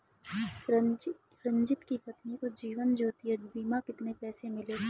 रंजित की पत्नी को जीवन ज्योति बीमा के कितने पैसे मिले?